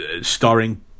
Starring